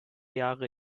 jahre